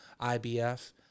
ibf